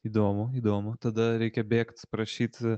įdomu įdomu tada reikia bėgt prašyt